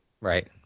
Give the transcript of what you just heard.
right